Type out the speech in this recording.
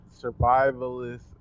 survivalist